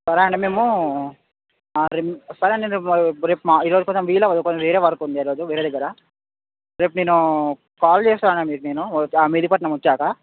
సరే అండి మేము సరే అండి రేపు రేపు ఈరోజు కొంచెం వీలు అవ్వదు కొంచెం వేరే వర్క్ ఉంది వేరే దగ్గర రేపు నేను కాల్ చేస్తాను మీకు నేను మెహదీపట్నం వచ్చాక